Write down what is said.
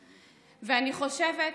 רוצה, ואני חושבת,